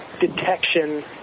detection